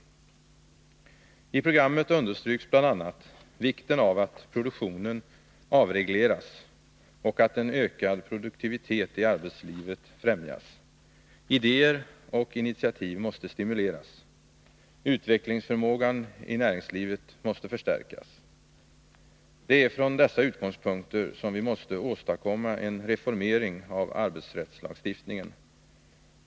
I programmet understryks bl.a. vikten av att produktionen avregleras och att en ökad produktivitet i arbetslivet främjas. Idéer och initiativ måste stimuleras. Utvecklingsförmågan i näringslivet måste förstärkas. Det är från dessa utgångspunkter som vi måste åstadkomma en reformering av arbetsrättslagstiftningen.